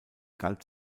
galt